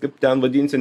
kaip ten vadinsi